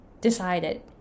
decided